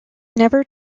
never